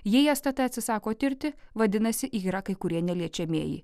jei stt atsisako tirti vadinasi yra kai kurie neliečiamieji